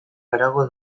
harago